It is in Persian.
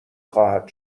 خواهد